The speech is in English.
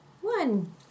One